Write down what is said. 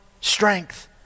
strength